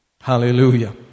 Hallelujah